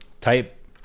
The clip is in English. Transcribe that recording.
Type